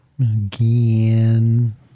Again